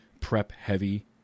prep-heavy